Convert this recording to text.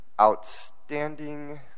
outstanding